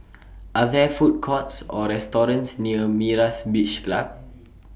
Are There Food Courts Or restaurants near Myra's Beach Club